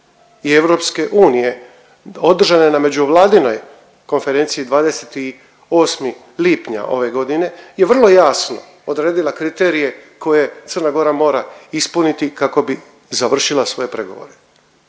EK-a i EU održane na međuvladinoj konferenciji 28. lipnja ove godine je vrlo jasno odredile kriterije koje CG mora ispuniti kako bi završila svoje pregovore.